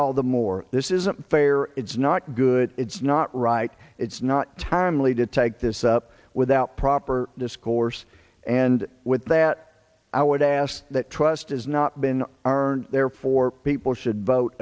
all the more this isn't fair it's not good it's not right it's not timely to take this up without proper discourse and with that i would ask that trust has not been therefore people should vote